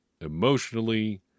emotionally